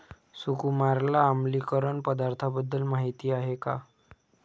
सुकुमारला आम्लीकरण पदार्थांबद्दल माहिती आहे का?